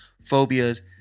phobias